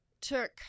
took